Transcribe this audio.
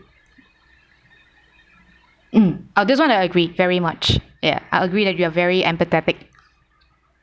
um oh this one I agree very much ya I agree that you are very empathetic